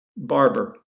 Barber